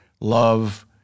Love